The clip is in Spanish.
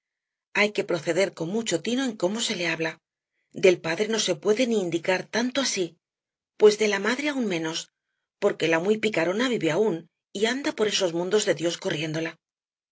hay que proceder con mucho tino en como se le habla del padre no se puede ni indicar tanto así pues de la madre aun menos porque la muy picarona vive aún y anda por esos mundos de dios